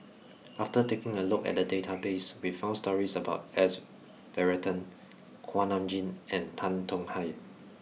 after taking a look at the database we found stories about S Varathan Kuak Nam Jin and Tan Tong Hye